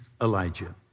Elijah